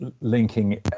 linking